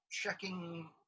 checking